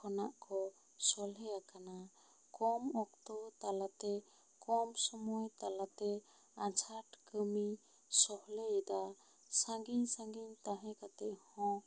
ᱠᱷᱚᱱᱟᱜ ᱠᱚ ᱥᱚᱞᱦᱮ ᱟᱠᱟᱱᱟ ᱠᱚᱢ ᱚᱠᱛᱚ ᱛᱟᱞᱟ ᱛᱮ ᱠᱚᱢ ᱥᱚᱢᱚᱭ ᱛᱟᱞᱟᱛᱮ ᱟᱡᱷᱟᱸᱴ ᱠᱟᱹᱢᱤ ᱥᱚᱦᱞᱮ ᱮᱫᱟ ᱥᱟᱺᱜᱤᱱ ᱥᱟᱺᱜᱤᱱ ᱛᱟᱦᱮᱸ ᱠᱟᱛᱮ ᱦᱚᱸ